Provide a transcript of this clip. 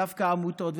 דווקא העמותות,